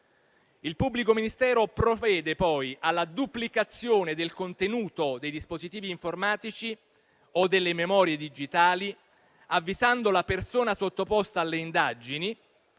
Il pubblico ministero provvede poi alla duplicazione del contenuto dei dispositivi informatici o delle memorie digitali, avvisando la persona sottoposta alle indagini,